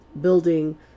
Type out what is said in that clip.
building